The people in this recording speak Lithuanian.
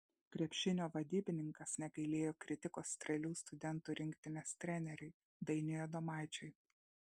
krepšinio vadybininkas negailėjo kritikos strėlių studentų rinktinės treneriui dainiui adomaičiui